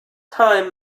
time